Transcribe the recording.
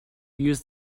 use